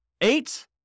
eight